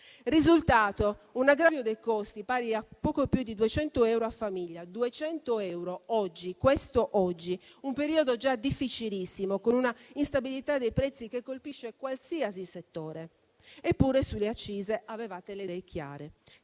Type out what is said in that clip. è stato un aggravio dei costi pari a poco più di 200 euro a famiglia. Questo oggi, in un periodo già difficilissimo, con una instabilità dei prezzi che colpisce qualsiasi settore. Eppure sulle accise avevate le idee chiare: